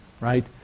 right